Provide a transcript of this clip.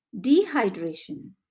Dehydration